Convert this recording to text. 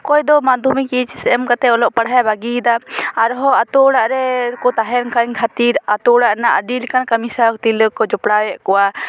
ᱚᱠᱚᱭ ᱫᱚ ᱢᱟᱫᱽᱫᱷᱚᱢᱤᱠ ᱮᱭᱤᱪ ᱮᱥ ᱮᱢ ᱠᱟᱛᱮ ᱚᱞᱚᱜ ᱯᱟᱲᱦᱟᱜ ᱵᱟᱹᱜᱤ ᱮᱫᱟ ᱟᱨᱦᱚ ᱟᱛᱳ ᱚᱲᱟᱜ ᱨᱮ ᱛᱟᱦᱮᱱ ᱠᱟᱱ ᱠᱷᱟᱹᱛᱤᱨ ᱟᱛᱳ ᱚᱲᱟᱜ ᱨᱮᱱᱟᱜ ᱟᱹᱰᱤ ᱞᱮᱠᱟᱱ ᱠᱟᱹᱢᱤ ᱥᱟᱶ ᱛᱤᱨᱞᱟᱹ ᱠᱚ ᱡᱚᱯᱚᱲᱟᱣᱮᱫ ᱠᱚᱣᱟ